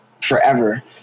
forever